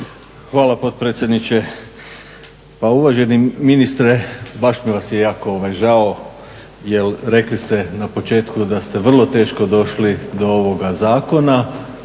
Hvala potpredsjedniče. Pa uvaženi ministre baš mi vas je jako žao jer rekli ste na početku da ste vrlo teško došli do ovoga zakona